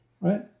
right